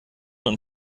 und